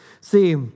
See